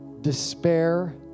Despair